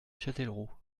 châtellerault